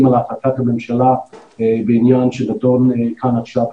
על החלטת הממשלה בעניין שנדון כאן עכשיו,